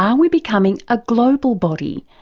um we becoming a global body,